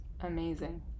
amazing